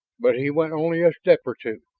but he went only a step or two.